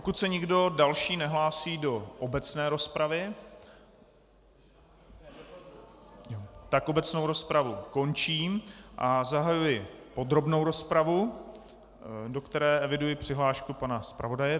Pokud se nikdo další nehlásí do obecné rozpravy, tak obecnou rozpravu končím a zahajuji podrobnou rozpravu, do které eviduji přihlášku pana zpravodaje.